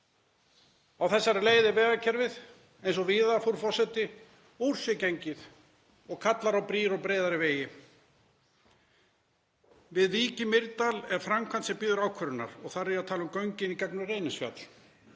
Á þessari leið er vegakerfið, eins og víða, frú forseti, úr sér gengið og kallar á brýr og breiðari vegi. Við Vík í Mýrdal er framkvæmd sem bíður ákvörðunar og þar er ég að tala um göngin í gegnum Reynisfjall